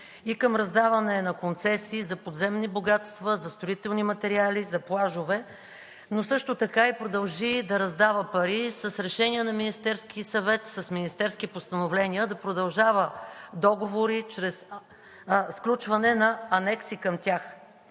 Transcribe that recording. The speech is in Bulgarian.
и към раздаване на концесии за подземни богатства, за строителни материали и за плажове, но също така продължи да раздава пари с решения на Министерския съвет, с министерски постановления да продължава договори чрез сключване на анекси към тях.